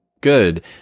good